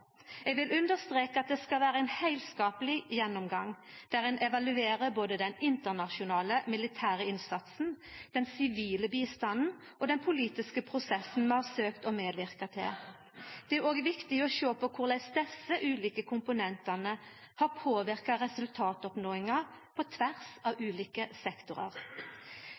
Eg vil understreka at det skal vera ein heilskapleg gjennomgang der ein evaluerer både den internasjonale militære innsatsen, den sivile bistanden og den politiske prosessen vi har søkt å medverka til. Det er òg viktig å sjå på korleis desse ulike komponentane har påverka resultatoppnåinga på tvers av ulike sektorar.